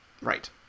Right